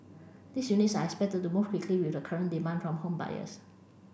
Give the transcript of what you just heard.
these units are expected to move quickly with the current demand from home buyers